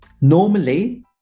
Normally